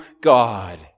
God